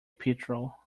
petrol